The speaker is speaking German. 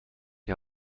die